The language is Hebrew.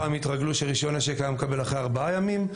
פעם התרגלו שרישיון נשק היה מתקבל אחרי ארבעה ימים,